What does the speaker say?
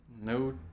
No